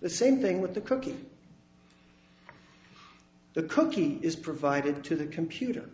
the same thing with the cookie the cookie is provided to the computer